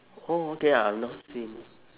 oh okay I have not seen